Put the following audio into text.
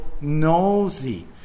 nosy